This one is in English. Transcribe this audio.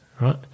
Right